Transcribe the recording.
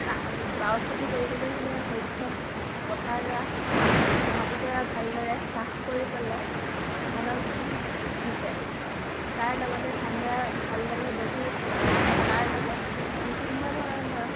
বাও খেতি কৰিবলৈ হ'লে শস্যৰ পথাৰডৰাত মাটিডৰা ভালদৰে চাহ কৰি পেলাই ধানৰ গুটি সিঁচ সিঁচে তাৰ লগতে ধানডৰা ভালদৰে গজি উঠে তাৰ লগত বিভিন্ন ধৰণৰ